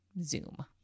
Zoom